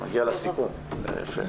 אתה מגיע לסיכום, זה יפה.